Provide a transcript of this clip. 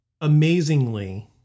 amazingly